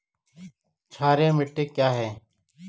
क्षारीय मिट्टी क्या है?